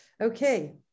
okay